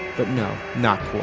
but no, not quite.